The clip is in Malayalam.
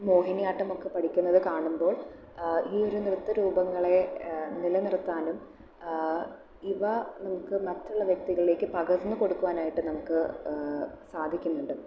മോഹിനിയാട്ടം ഒക്കെ പഠിക്കുന്നത് കാണുമ്പോൾ ഈ ഒരു നൃത്ത രൂപങ്ങളെ നിലനിർത്തുവാനും ഇവ നമുക്ക് മറ്റുള്ള വ്യക്തികളിലേക്ക് പകർന്നു കൊടുക്കുവാനുമായിട്ടും നമുക്ക് സാധിക്കുന്നുണ്ട്